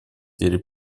деле